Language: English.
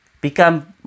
become